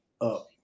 up